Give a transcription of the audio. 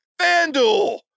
FanDuel